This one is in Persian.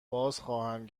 بازخواهم